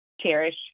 cherish